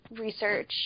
research